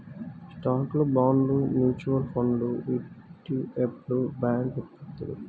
స్టాక్లు, బాండ్లు, మ్యూచువల్ ఫండ్లు ఇ.టి.ఎఫ్లు, బ్యాంక్ ఉత్పత్తులు